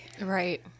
Right